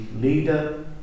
leader